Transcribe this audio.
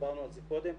דיברנו על זה קודם.